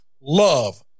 love